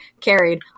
carried